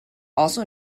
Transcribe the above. also